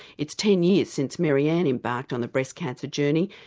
it's ten years since maryanne embarked on the breast cancer journey.